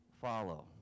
follow